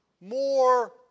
more